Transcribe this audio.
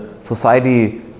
society